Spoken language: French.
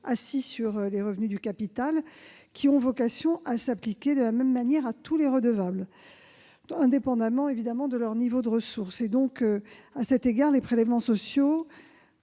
assis sur les revenus du capital, qui ont vocation à s'appliquer de la même manière à tous les redevables, indépendamment de leur niveau de ressources. À cet égard, les prélèvements sociaux